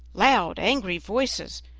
loud, angry voices,